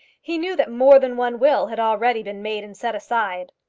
he knew that more than one will had already been made and set aside.